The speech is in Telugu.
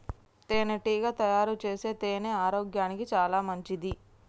తేనెటీగ తయారుచేసే తేనె ఆరోగ్యానికి చాలా మంచిది